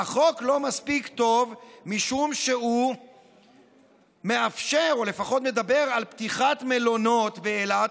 החוק אינו מספיק טוב כי הוא מאפשר או לפחות מדבר על פתיחת מלונות באילת,